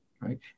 right